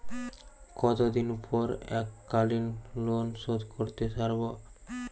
কতদিন পর এককালিন লোনশোধ করতে সারব?